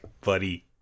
buddy